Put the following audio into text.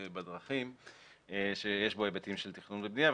בדרכים שיש בו היבטים של תכנון ובנייה,